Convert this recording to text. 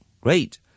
Great